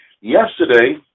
Yesterday